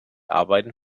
arbeiten